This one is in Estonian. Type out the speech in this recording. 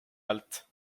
alt